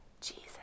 Jesus